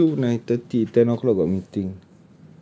H_Q nine thirty ten o'clock got meeting